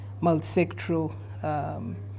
multi-sectoral